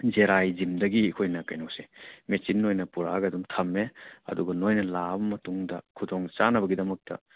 ꯖꯦꯔꯥꯏ ꯖꯤꯝꯗꯒꯤ ꯑꯩꯈꯣꯏꯅ ꯀꯩꯅꯣꯁꯦ ꯃꯦꯆꯤꯟ ꯑꯣꯏꯅ ꯄꯨꯔꯛꯑꯒ ꯑꯗꯨꯝ ꯊꯝꯃꯦ ꯑꯗꯨꯒ ꯅꯈꯣꯏꯅ ꯂꯥꯛꯑꯕ ꯃꯇꯨꯡꯗ ꯈꯨꯗꯣꯡꯆꯥꯟꯕꯒꯤꯗꯃꯛꯇ